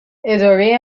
اداره